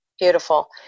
Beautiful